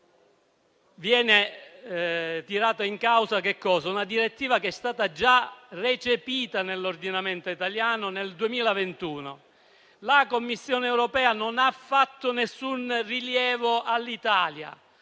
viene tirata in causa una direttiva che è stata già recepita nell'ordinamento italiano nel 2021. La Commissione europea non ha fatto nessun rilievo all'Italia: